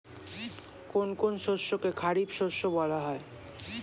কোন কোন শস্যকে খারিফ শস্য বলা হয়?